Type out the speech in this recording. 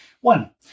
One